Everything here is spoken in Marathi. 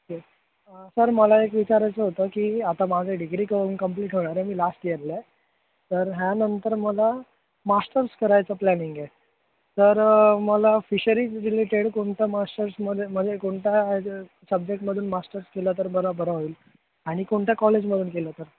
ओके सर मला एक विचारायचं होतं की आता माझे डिग्री करून कंप्लीट होणार आहे मी लास्ट इयरला आहे तर ह्यानंतर मला मास्टर्स करायचं प्लॅनिंग आहे तर मला फिशरी रिलेटेड कोणत्या मास्टर्समध्ये म्हणजे कोणत्या सब्जेक्टमधून मास्टर्स केलं तर बरं बरं होईल आणि कोणत्या कॉलेजमधून केलं तर